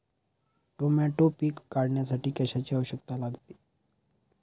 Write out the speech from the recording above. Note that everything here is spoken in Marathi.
टोमॅटो पीक काढण्यासाठी कशाची आवश्यकता लागते?